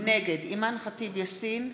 נגד חנה אתי עטיה,